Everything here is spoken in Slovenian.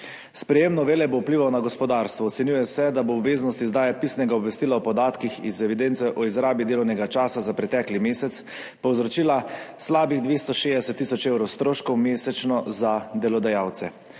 Sprejetje novele bo vplivalo na gospodarstvo. Ocenjuje se, da bo obveznost izdaje pisnega obvestila o podatkih iz evidence o izrabi delovnega časa za pretekli mesec povzročila slabih 260 tisoč evrov stroškov mesečno za delodajalce.